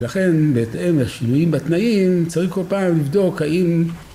ולכן בהתאם השינויים בתנאים צריך כל פעם לבדוק האם